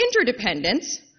interdependence